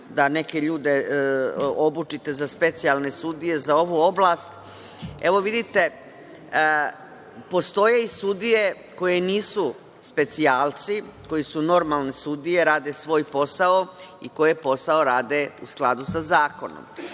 da neke ljude obučite za specijalne sudije za ovu oblast. Evo, vidite, postoje i sudije koje nisu specijalci, koji su normalne sudije, rade svoj posao i koje posao rade u skladu sa zakonom.